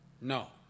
No